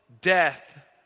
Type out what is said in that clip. death